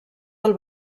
del